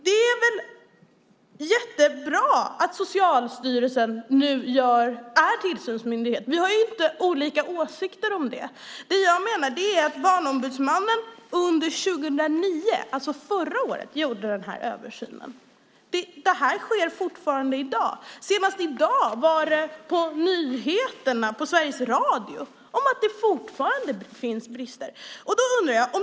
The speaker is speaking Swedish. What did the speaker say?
Det är väl jättebra att Socialstyrelsen nu är tillsynsmyndighet. Vi har inte olika åsikter om det. Det jag menar är att Barnombudsmannen under 2009, alltså förra året, gjorde denna översyn. Detta sker fortfarande i dag. Senast i dag var det på nyheterna på Sveriges Radio att det fortfarande finns brister.